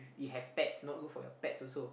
you have pets not good for your pets also